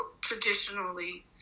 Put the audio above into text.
traditionally